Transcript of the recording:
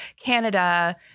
Canada